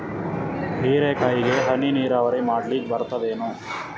ಹೀರೆಕಾಯಿಗೆ ಹನಿ ನೀರಾವರಿ ಮಾಡ್ಲಿಕ್ ಬರ್ತದ ಏನು?